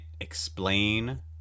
explain